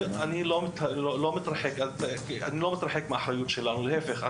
אני לא מתרחק מהאחריות שלנו אלא להפך.